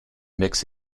mix